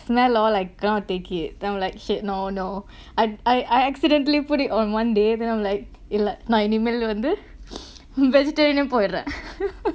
smell hor like cannot take it then I like shit no no I'd I accidentally put it on one day then I'm like இல்ல நா இனிமேல் வந்து:illa naa inimael vanthu vegetarian போயிற்றே:poyirrae